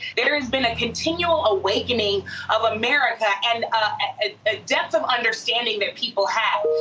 there has been a continual awakening of america and ah a depth of understanding that people have.